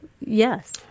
yes